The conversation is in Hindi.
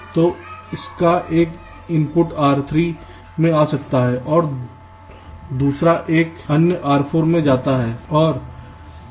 तो इसका एक इनपुट R3 से आ सकता है और दूसरा एक अन्य R4 से आता है